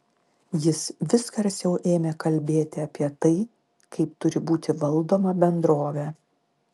jis vis garsiau ėmė kalbėti apie tai kaip turi būti valdoma bendrovė